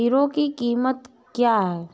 Hero की कीमत क्या है?